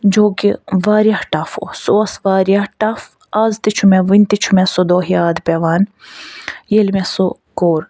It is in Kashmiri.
جو کہِ واریاہ ٹَف اوس سُہ اوس واریاہ ٹَف آز تہِ چھُ مےٚ وُنہِ تہِ چھُ مےٚ سُہ دۄہ یاد پیٚوان ییٚلہِ مےٚ سُہ کوٚر